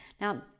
Now